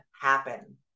happen